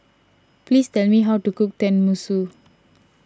please tell me how to cook Tenmusu